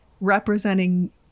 representing